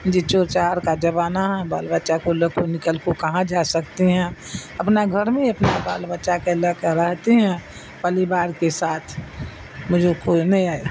جی چور چہار کا زمانہ ہے بال بچہ کو لے کو نکل کو کہاں جا سکتی ہیں اپنا گھر میں اپنا بال بچہ کے لے کے رہتی ہیں پریوار کے ساتھ مجھے کوئی نہیں آئے